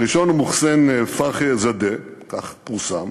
הראשון הוא מוחסן פרחי א-זאדה, כך פורסם,